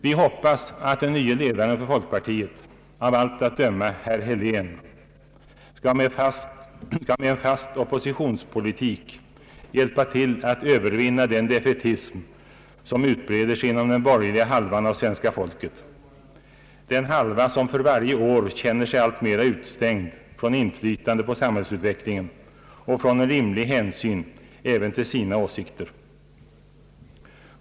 Vi hoppas att den nye ledaren för folkpartiet — av allt att döma herr Helén — skall med en fast oppositionspolitik hjälpa till att övervinna den defaitism som nu utbreder sig inom den borgerliga halvan av svenska folket, den halva som för varje år känner sig alltmer utestängd från inflytande på samhällsutvecklingen och från en rimlig hänsyn även till sina åsikter.